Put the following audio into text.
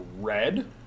red